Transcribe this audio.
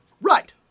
Right